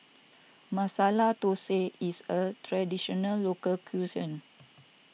Masala Thosai is a Traditional Local Cuisine